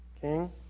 king